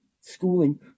schooling